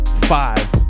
five